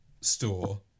store